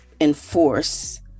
enforce